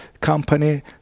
company